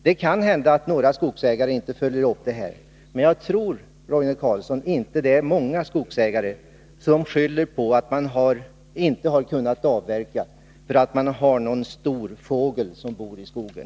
Det kan hända att några skogsägare inte följer upp utvecklingen, men jag tror inte att det är många skogsägare, Roine Carlsson, som skyller det faktum att man inte har kunnat avverka på att det bor någon stor fågel i skogen.